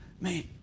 Man